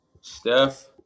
Steph